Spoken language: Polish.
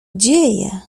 dzieje